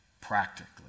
practically